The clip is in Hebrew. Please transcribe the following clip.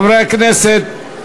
חברי הכנסת,